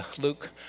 Luke